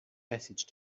passage